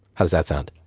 how does that sound?